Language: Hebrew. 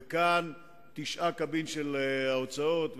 וכאן תשעה הקבין של ההוצאות,